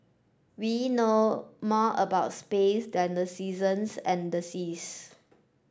we know more about space than the seasons and the seas